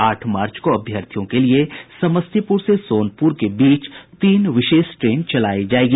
आठ मार्च को अभ्यर्थियों के लिए समस्तीपुर से सोनपुर के बीच तीन विशेष ट्रेन चलायी जायेंगी